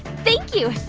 thank you,